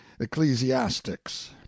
ecclesiastics